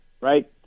right